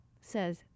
says